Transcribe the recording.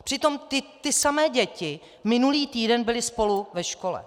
Přitom ty samé děti minulý týden byly spolu ve škole.